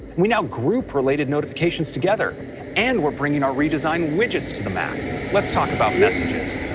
we now group related notifications together and we're bringing our redesigned widgets to the mac. let's talk about messages.